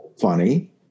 funny